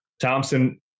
Thompson